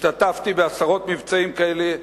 השתתפתי בעשרות מבצעים כאלה,